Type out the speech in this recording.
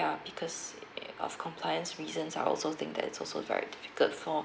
ya because eh of compliance reasons I also think that it's also very difficult for